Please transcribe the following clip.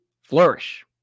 flourish